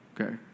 Okay